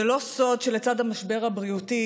זה לא סוד שלצד המשבר הבריאותי,